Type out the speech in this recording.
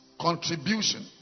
contribution